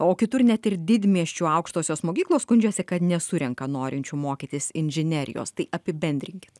o kitur net ir didmiesčių aukštosios mokyklos skundžiasi kad nesurenka norinčių mokytis inžinerijos tai apibendrinkit